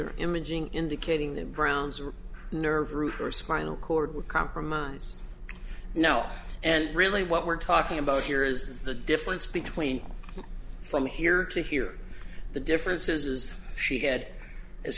or imaging indicating the browns or nerve root or spinal cord would compromise you know and really what we're talking about here is the difference between from here to here the differences she had as